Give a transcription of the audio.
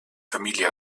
familie